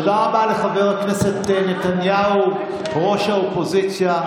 תודה רבה לחבר הכנסת נתניהו, ראש האופוזיציה.